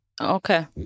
Okay